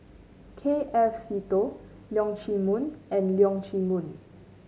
K F Seetoh Leong Chee Mun and Leong Chee Mun